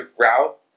route